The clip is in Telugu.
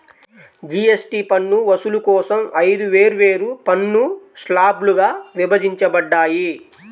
జీఎస్టీ పన్ను వసూలు కోసం ఐదు వేర్వేరు పన్ను స్లాబ్లుగా విభజించబడ్డాయి